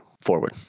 forward